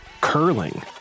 curling